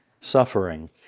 suffering